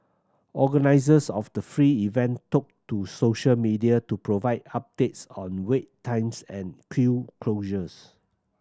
organisers of the free event took to social media to provide updates on wait times and queue closures